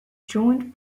joined